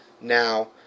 now